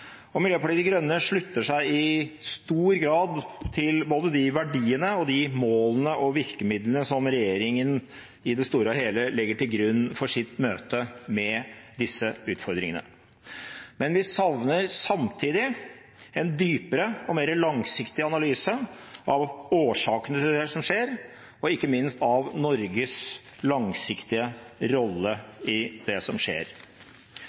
Miljøpartiet De Grønne slutter seg i stor grad til både de verdiene, de målene og de virkemidlene som regjeringen i det store og hele legger til grunn for å møte disse utfordringene. Men vi savner samtidig en dypere og mer langsiktig analyse av årsakene til det som skjer, og ikke minst av Norges langsiktige rolle i det som skjer.